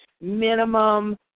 minimum